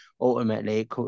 ultimately